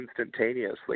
instantaneously